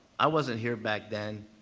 i wasn't here back then.